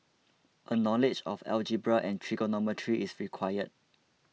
a knowledge of algebra and trigonometry is required